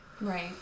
right